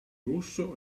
russo